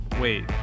Wait